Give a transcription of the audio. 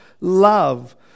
love